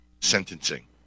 sentencing